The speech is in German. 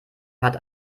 hat